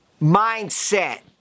Mindset